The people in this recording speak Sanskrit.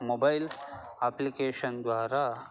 मोबैल् आप्लिकेशन् द्वारा